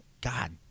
God